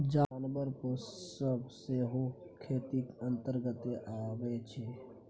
जानबर पोसब सेहो खेतीक अंतर्गते अबै छै